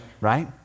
Right